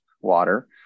water